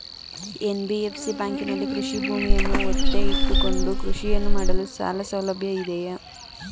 NBFC ಬ್ಯಾಂಕಿನಲ್ಲಿ ಕೃಷಿ ಭೂಮಿಯನ್ನು ಒತ್ತೆ ಇಟ್ಟುಕೊಂಡು ಕೃಷಿಯನ್ನು ಮಾಡಲು ಸಾಲಸೌಲಭ್ಯ ಇದೆಯಾ?